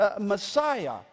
Messiah